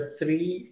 three